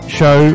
show